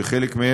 שחלק מהן,